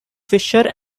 fisher